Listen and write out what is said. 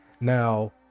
Now